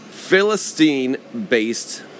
Philistine-based